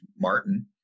martin